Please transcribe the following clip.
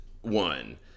one